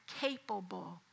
capable